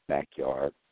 backyard